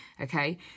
okay